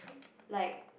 like